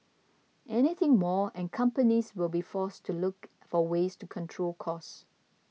anything more and companies will be forced to look for ways to control costs